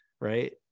right